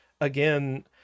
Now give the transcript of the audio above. again